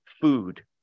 food